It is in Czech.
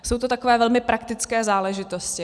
Jsou to takové velmi praktické záležitosti.